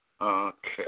Okay